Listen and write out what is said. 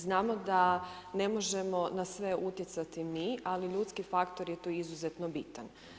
Znamo da ne možemo na sve utjecati mi, ali ljudski faktor je tu izuzetno bitan.